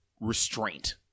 restraint